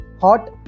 hot